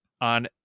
on